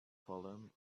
fallen